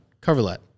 coverlet